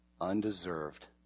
undeserved